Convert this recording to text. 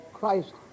Christ